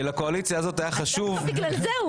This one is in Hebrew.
שלקואליציה הזאת היה חשוב --- דווקא בגלל זה הוא